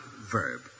verb